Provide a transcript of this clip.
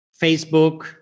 facebook